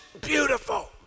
beautiful